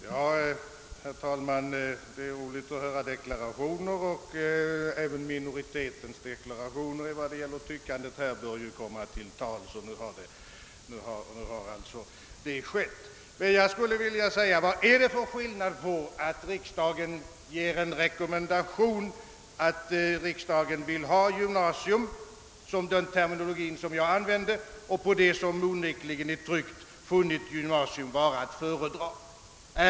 Herr talman! Det är roligt att höra deklarationer, och även minoritetens deklarationer i fråga om vad man tycker i detta avseende bör ju komma till uttryck. Nu har det alltså skett. Jag skulle emellertid vilja fråga: Vad är det för skillnad på att säga att riksdagen vill ha ordet gymnasium och på att riksdagen bland de olika namn som fanns i 1968 års proposition funnit gymnasium vara att föredra?